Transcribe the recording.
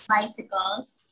bicycles